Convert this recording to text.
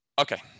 okay